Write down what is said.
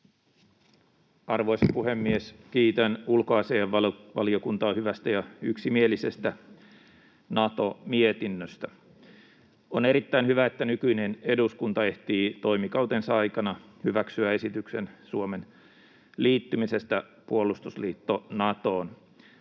Arvoisa puhemies! Kiitän ulkoasiainvaliokuntaa hyvästä ja yksimielisestä Nato-mietinnöstä. On erittäin hyvä, että nykyinen eduskunta ehtii toimikautensa aikana hyväksyä esityksen Suomen liittymisestä puolustusliitto Natoon,